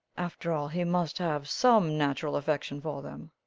after all, he must have some natural affection for them.